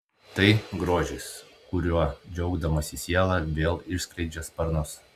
tai grožis kuriuo džiaugdamasi siela vėl išskleidžia sparnus